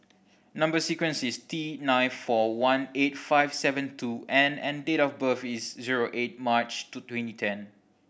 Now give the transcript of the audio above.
number sequence is T nine four one eight five seven two N and date of birth is zero eight March two twenty ten